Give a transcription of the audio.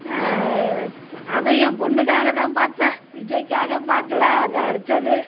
அதையும் என் பெண்ணுக்காக தான் பார்த்தேன் விஜய்க்காக பார்க்கல அது அடுத்தது